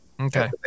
Okay